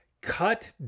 cut